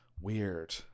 Weird